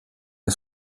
der